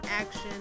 action